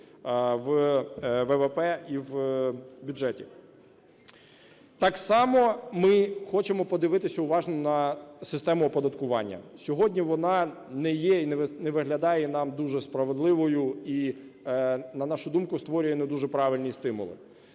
в ВВП і в бюджеті. Так само ми хочемо подивитися уважно на систему оподаткування. Сьогодні вона не є і не виглядає нам дуже справедливою, і, на нашу думку, створює не дуже правильні стимули.